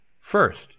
First